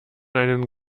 einen